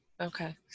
Okay